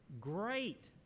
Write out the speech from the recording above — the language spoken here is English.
great